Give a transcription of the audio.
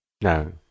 No